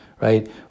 Right